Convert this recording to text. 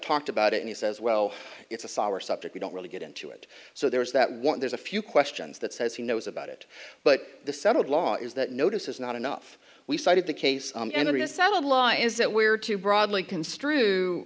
talked about it and he says well it's a sour subject we don't really get into it so there is that one there's a few questions that says he knows about it but the settled law is that notice is not enough we cited the case entering a settled law is that we're too broadly construe